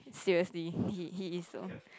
seriously he he is a